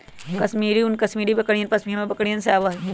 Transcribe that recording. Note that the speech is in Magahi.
कश्मीरी ऊन कश्मीरी बकरियन, पश्मीना बकरिवन से आवा हई